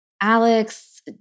Alex